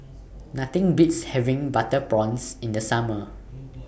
Nothing Beats having Butter Prawns in The Summer